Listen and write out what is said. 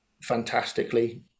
fantastically